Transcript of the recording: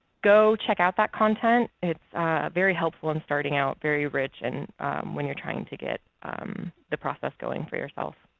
go check out that content. it's very helpful in um starting out, very rich and when you are trying to get the process going for yourself.